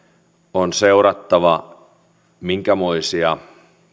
on seurattava minkämoisia